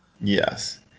yes